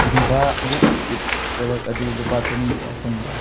ꯗꯤꯚꯥ beetroot chips product ꯑꯗꯨ ꯂꯨꯄꯥ ꯆꯅꯤꯗ ꯐꯪꯕ꯭ꯔꯥ